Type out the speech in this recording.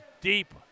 Deep